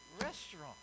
restaurant